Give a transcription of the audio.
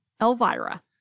Elvira